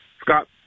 Scott